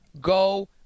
Go